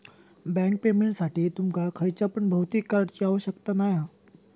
bank पेमेंटसाठी तुमका खयच्या पण भौतिक कार्डची आवश्यकता नाय हा